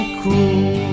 cool